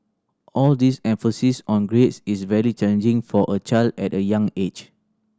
all this emphasis on grades is very challenging for a child at a young age